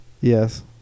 yes